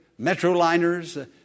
metroliners